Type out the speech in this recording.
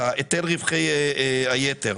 את היטל רווחי היתר,